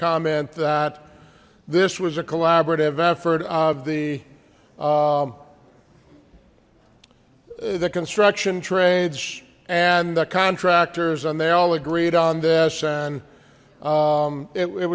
comment that this was a collaborative effort of the the construction trades and the contractors and they all agreed on this and